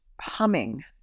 humming